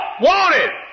Wanted